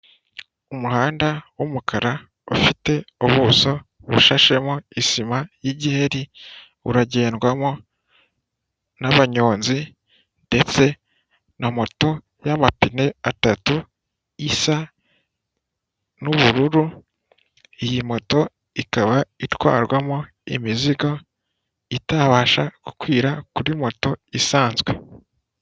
Umuhanda w'umukara ufite ubuso bushashemo isima y'igiheri uragendwamo n'abanyonzi ndetse na moto y'amapine atatu isa n'ubururu iyi moto ikaba itwarwamo imizigo itabasha gukwira kuri moto isanzwe .